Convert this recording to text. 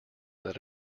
that